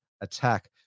attack